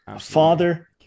Father